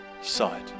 side